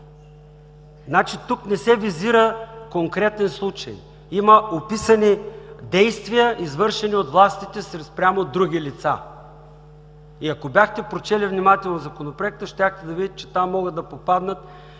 Тук не се визира конкретен случай. Има описани действия, извършени от властите спрямо други лица. Ако бяхте прочели внимателно Законопроекта, щяхте да видите, че там могат да попаднат